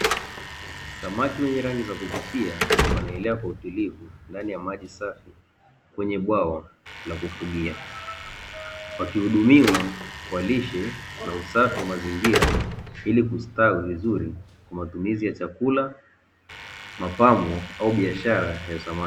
Samaki wenye rangi za kuvutia wanaelea kwa utulivu ndani ya maji safi, kwenye bwawa la kufugia. Wakihudumiwa kwa lishe na usafi wa mazingira ili kustawi vizuri kwa matumizi ya chakula, mapambo au biashara ya samaki.